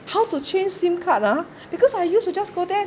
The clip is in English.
how to change SIM card ah because I used to just go there